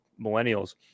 millennials